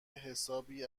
حسابی